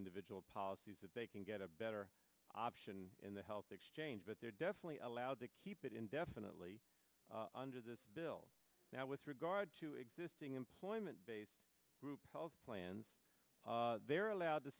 individual policies if they can get a better option in the health exchange but they're definitely allowed to keep it indefinitely under this bill now with regard to existing employment based group health plans they're allowed to